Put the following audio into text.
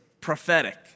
prophetic